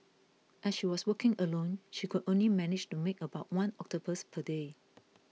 as she was working alone she could only manage to make about one octopus per day